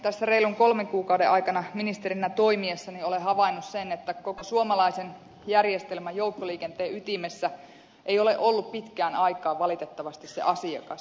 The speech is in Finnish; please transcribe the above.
tässä reilun kolmen kuukauden aikana ministerinä toimiessani olen havainnut sen että koko suomalaisen järjestelmän joukkoliikenteen ytimessä ei ole ollut pitkään aikaan valitettavasti se asiakas